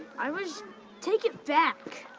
i was take it back!